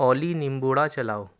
اولی نمبوڑا چلاؤ